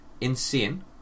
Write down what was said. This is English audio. insane